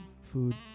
Food